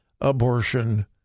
abortion